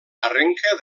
arrenca